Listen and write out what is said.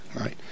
right